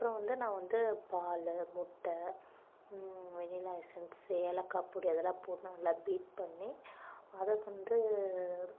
அப்பறம் வந்து நான் வந்து பால் முட்டை வெண்ணிலா எசென்ஸ் ஏலக்காய் பொடி அதெல்லாம் போட்டு நல்லா பீட் பண்ணி அதை வந்து